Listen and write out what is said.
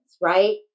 right